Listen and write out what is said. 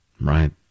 Right